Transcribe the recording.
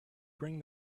bring